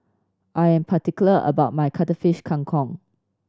I am particular about my Cuttlefish Kang Kong